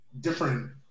different